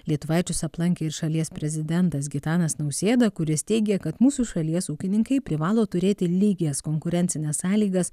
lietuvaičius aplankė ir šalies prezidentas gitanas nausėda kuris teigė kad mūsų šalies ūkininkai privalo turėti lygias konkurencines sąlygas